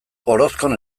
orozkon